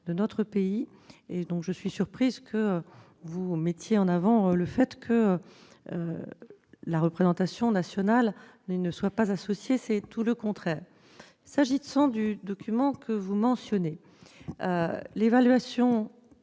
de notre pays. Je suis surprise que vous mettiez en avant le fait que la représentation nationale n'y soit pas associée ; c'est tout le contraire qui est vrai. S'agissant du document que vous mentionnez, à ma